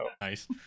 Nice